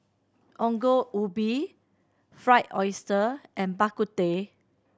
Ongol Ubi Fried Oyster and Bak Kut Teh